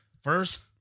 first